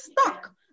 stuck